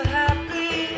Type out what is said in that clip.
happy